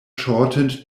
shortened